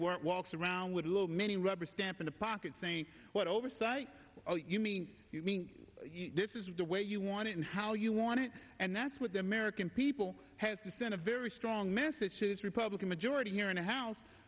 weren't walks around with a little mini rubber stamp in the pocket saying what oversight oh you mean this is the way you want it and how you want it and that's what the american people has to send a very strong message to this republican majority here in the house